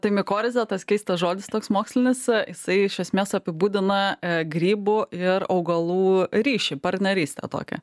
tai mikorizė tas keistas žodis toks mokslinis jisai iš esmės apibūdina grybų ir augalų ryšį partnerystę tokią